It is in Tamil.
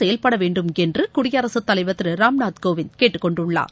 செயல்பட வேண்டுமென்று குடியரசுத்தலைவர் திரு ராம்நாத் கோவிந்த் கேட்டுக் கொண்டுள்ளார்